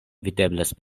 videblas